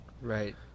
right